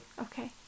Okay